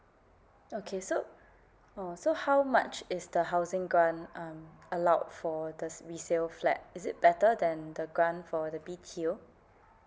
okay so uh so how much is the housing grant um allowed for the s~ resale flat is it better than the grant for the B_T_O